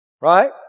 Right